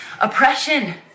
oppression